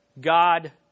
God